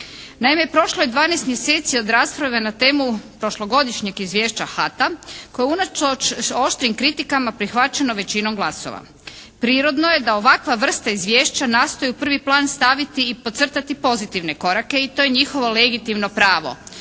Naime, prošlo je 12 mjeseci od rasprave na temu prošlogodišnjeg izvješća HTA koji je unatoč oštrim kritikama prihvaćeno većinom glasova. Prirodno je da ovakva vrsta izvješća nastoji u prvi plan staviti i podcrtati pozitivne korake i to je njihovo legitimno pravo.